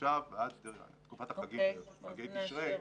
מעכשיו עד תקופת חגי תשרי.